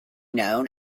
known